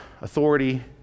authority